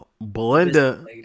belinda